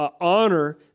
honor